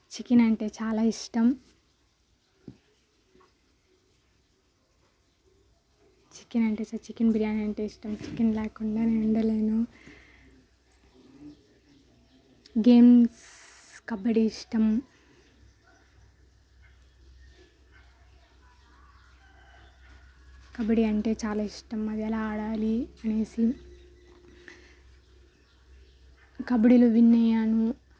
chicken అంటే చాలా ఇష్టం చికెన్ అంటే చికెన్ బిర్యానీ అంటే ఇష్టం చికెన్ లేకుండా నేను ఉండలేను గేమ్స్ కబడ్డీ ఇష్టం కబడ్డీ అంటే చాలా ఇష్టం అది ఎలా ఆడాలి అనేసి కబడ్డీలో విన్ అయ్యాను